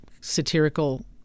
satirical